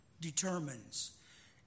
determines